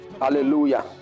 Hallelujah